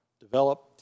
Develop